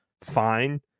fine